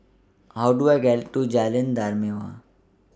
How Do I get to Jalan Dermawan